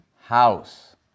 house